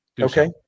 Okay